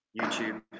YouTube